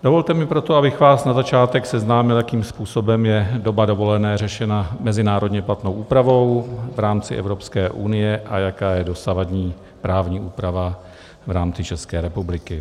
Dovolte mi proto, abych vás na začátek seznámil, jakým způsobem je doba dovolené řešena mezinárodně platnou úpravou v rámci Evropské unie a jaká je dosavadní právní úprava v rámci České republiky.